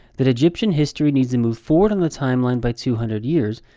that egyptian history needs to move forward on the timeline by two hundred years,